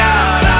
God